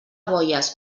boies